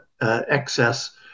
excess